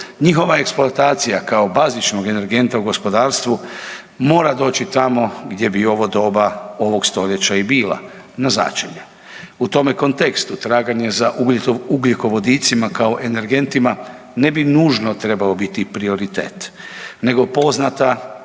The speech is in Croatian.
Njihova eksploatacija kao bazičnog energenta u gospodarstvu mora doći tamo gdje bi ovo doba ovog stoljeća i bila, na začelje. U tome kontekstu traganja za ugljikovodicima kao energentima ne bi nužno trebao biti i prioritet nego poznata